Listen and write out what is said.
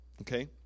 Okay